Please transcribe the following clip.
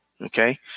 Okay